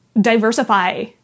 diversify